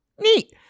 neat